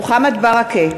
מוחמד ברכה,